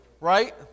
right